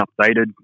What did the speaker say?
updated